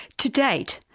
to date,